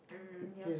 mm ya